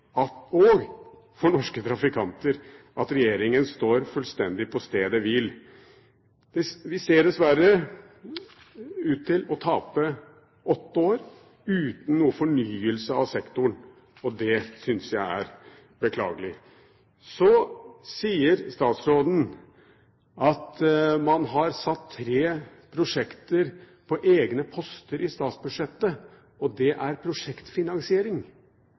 veger og for norske trafikanter at regjeringen står fullstendig på stedet hvil. Vi ser dessverre ut til å tape åtte år uten noen fornyelse av sektoren, og det syns jeg er beklagelig. Så sier statsråden at man har satt tre prosjekter på egne poster i statsbudsjettet, og at det er prosjektfinansiering,